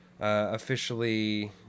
officially